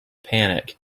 panic